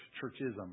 churchism